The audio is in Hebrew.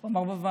הוא אמר בוועדה.